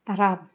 তারা